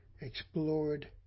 explored